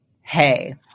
hey